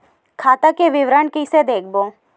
खाता के विवरण कइसे देखबो?